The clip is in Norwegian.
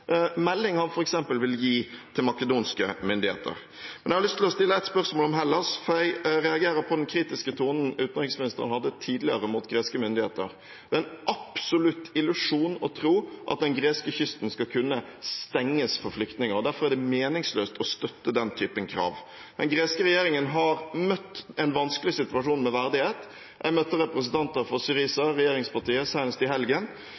melding han f.eks. vil gi til makedonske myndigheter. Jeg har lyst til å stille et spørsmål om Hellas, for jeg reagerer på den kritiske tonen utenriksministeren hadde tidligere mot greske myndigheter. Det er en absolutt illusjon å tro at den greske kysten skal kunne stenges for flyktninger. Derfor er det meningsløst å støtte den typen krav. Den greske regjeringen har møtt en vanskelig situasjon med verdighet. Jeg møtte representanter for Syriza, regjeringspartiet, senest i helgen.